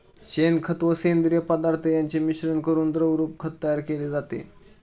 शेणखत व सेंद्रिय पदार्थ यांचे मिश्रण करून द्रवरूप खत तयार केले जाते